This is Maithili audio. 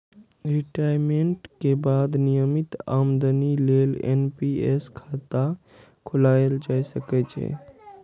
रिटायमेंट के बाद नियमित आमदनी लेल एन.पी.एस खाता खोलाएल जा सकै छै